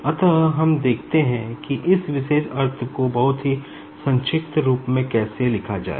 अतः हम देखते हैं कि इस विशेष अर्थ को बहुत ही संक्षिप्त रूप में कैसे लिखा जाए